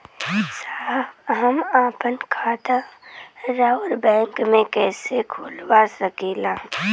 साहब हम आपन खाता राउर बैंक में कैसे खोलवा सकीला?